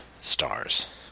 stars